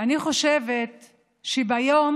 אני חושבת שביום